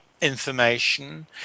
information